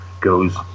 goes